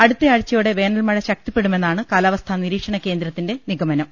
അടുത്ത ആഴ്ചയോടെ വേനൽമഴ ശക്തിപ്പെടുമെന്നാണ് കാലാ വസ്ഥാ നിരീക്ഷണ കേന്ദ്രത്തിന്റെ നിഗമനം